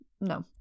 no